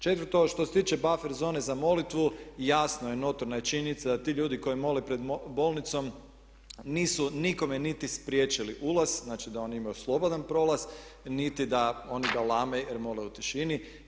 Četvrto, što se tiče buffer zone za molitvu jasno je i notorna je činjenica da ti ljudi koji mole pred bolnicom nisu nikome niti spriječili ulaz, znači da oni imaju slobodan prolaz, niti da oni galame jer mole u tišini.